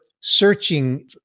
searching